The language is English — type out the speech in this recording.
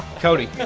cody.